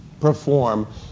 perform